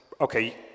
Okay